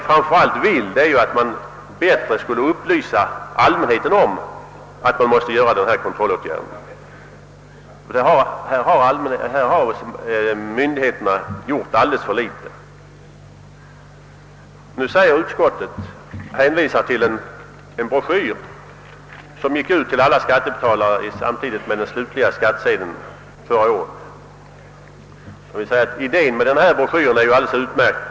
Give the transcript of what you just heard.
Framför allt vill vi att man bättre skall upplysa allmänheten om att denna kontrollåtgärd måste vidtagas. Här har myndigheterna gjort alldeles för litet. Utskottet hänvisar till en broschyr, som gick ut till alla skattebetalare samtidigt med den slutliga skattsedeln förra året. Idén med broschyren är ju alldeles utmärkt.